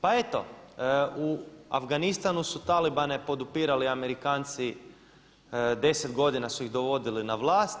Pa eto u Afganistanu su talibane podupirali Amerikanci, 10 godina su ih dovodili na vlast.